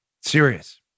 Serious